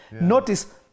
Notice